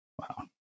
Wow